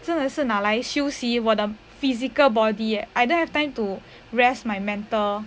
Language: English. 真的是拿来休息我的 physical body eh I don't have time to rest my mental